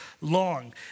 long